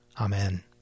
Amen